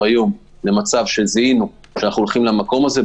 למצב שזיהינו שאנחנו הולכים למקום הזה.